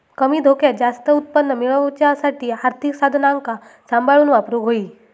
कमी धोक्यात जास्त उत्पन्न मेळवच्यासाठी आर्थिक साधनांका सांभाळून वापरूक होई